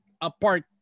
apart